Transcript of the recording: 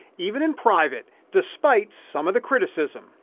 even in private, despite some of the criticism.